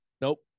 Nope